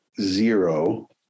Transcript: zero